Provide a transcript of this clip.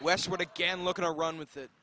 westwood again looking to run with th